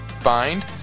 find